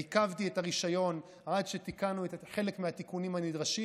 עיכבתי את הרישיון עד שתיקנו חלק מהתיקונים הנדרשים.